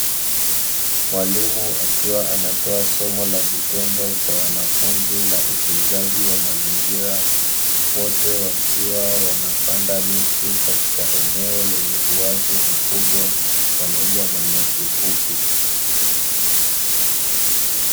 Mwalimu akiwa anatoa somo la vitendo kwa wanafunzi la utunzaji wa mazingira, wote wakiwa wanapanda miti katika eneo lenye uwazi mkubwa pamoja na nyasi fupi.